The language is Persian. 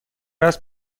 است